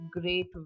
great